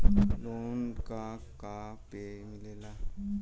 Loan का का पे मिलेला?